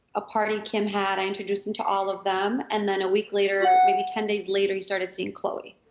a party kim had, i introduced him to all of them, and then a week later maybe ten days later, he started seeing khloe,